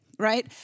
Right